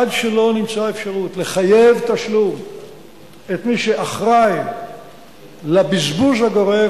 עד שלא נמצא אפשרות לחייב בתשלום את מי שאחראי לבזבוז הגורף,